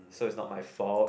so it's not my fault